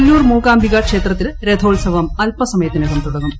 കൊല്ലൂർ മൂകാംബിക ക്ഷേത്രത്തിൽ രഥോത്സവം അൽപസമയത്തിനകം തുടങ്ങും